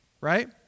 right